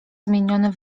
zmieniony